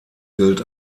gilt